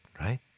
right